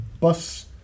bus